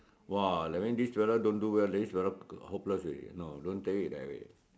!wah! that means this fella don't do well this fella hopeless already no don't tell it that way